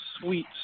sweet